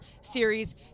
Series